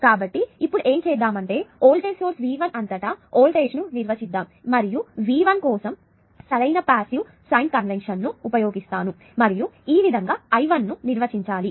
కాబట్టి ఇప్పుడు ఏమి చేద్దామంటే వోల్టేజ్ సోర్స్ V1 అంతటా వోల్టేజ్ను నిర్వచిస్తాను మరియు V1 కోసం సరైన పాసివ్ సైన్ కన్వెన్షన్ ను ఉపయోగిస్తాను మరియు ఈ విధంగా I1 ని నిర్వచించాలి